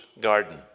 garden